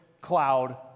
cloud